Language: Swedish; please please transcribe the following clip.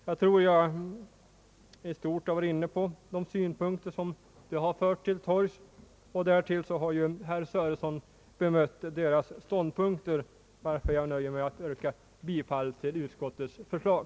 Jag tror att jag i stort sett med det anförda har bemött de synpunkter som de har fört till torgs — vilket också herr Sörenson har gjort — varför jag nöjer mig med att yrka bifall till utskottets förslag.